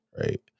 right